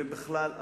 ובכלל,